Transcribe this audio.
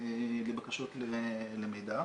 לבקשות למידע.